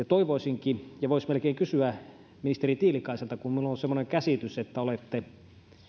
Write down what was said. toivoisinkin ja voisi melkein kysyä ministeri tiilikaiselta kun minulla on semmoinen käsitys että olette